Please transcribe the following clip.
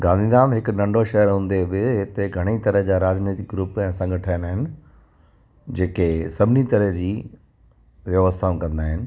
गांधीधाम हिकु नंढो शहरु हूंदे बि हिते घणेई तरह जा राजनितिक ग्रूप ऐं संगठन आहिनि जेके सभिनी तरह जी व्यवस्थाऊं कंदा आहिनि